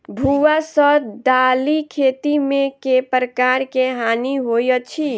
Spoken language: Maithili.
भुआ सँ दालि खेती मे केँ प्रकार केँ हानि होइ अछि?